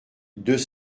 deux